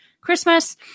Christmas